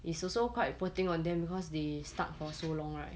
it's also quite poor thing on them because they stuck for so long right